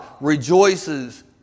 rejoices